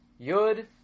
yud